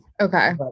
Okay